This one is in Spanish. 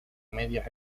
media